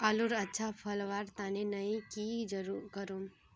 आलूर अच्छा फलवार तने नई की करूम?